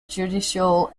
judicial